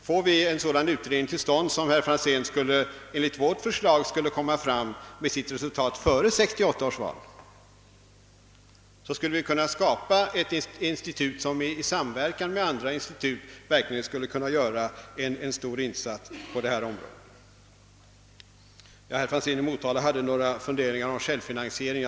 Om vi, herr Franzén, får en sådan utredning som enligt vårt förslag skulle lägga fram sina resultat före 1968 års val, då skulle vi kunna skapa ett institut som i samverkan med andra institut verkligen skulle kunna göra en betydande insats på detta område. Herr Franzén i Motala hade några funderingar om självfinansiering.